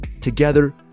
Together